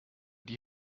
die